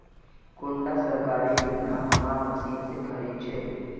कुंडा सरकारी योजना हमार मशीन से खरीद छै?